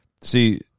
See